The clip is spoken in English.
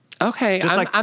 Okay